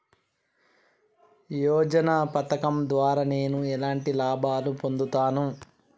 యోజన పథకం ద్వారా నేను ఎలాంటి లాభాలు పొందుతాను?